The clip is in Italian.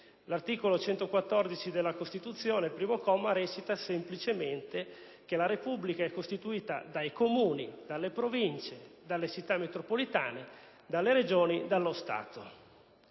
L'articolo 114 della Costituzione, primo comma, dice semplicemente che la Repubblica è costituita dai Comuni, dalle Province, dalle Città metropolitane, dalle Regioni e dallo Stato.